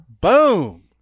Boom